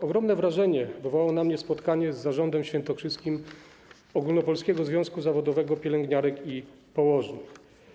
Ogromne wrażenie wywarło na mnie spotkanie z zarządem świętokrzyskim Ogólnopolskiego Związku Zawodowego Pielęgniarek i Położnych.